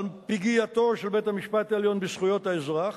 על פגיעתו של בית-המשפט העליון בזכויות האזרח,